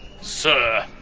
Sir